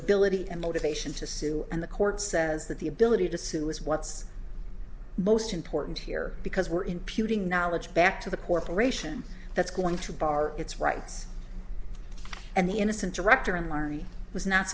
ability and motivation to sue and the court says that the ability to sue is what's most important here because we're imputing knowledge back to the corporation that's going to bar its rights and the innocent director and laurie was not